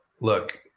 look